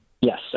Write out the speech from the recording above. yes